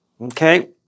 okay